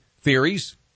theories